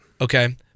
Okay